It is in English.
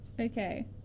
okay